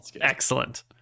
Excellent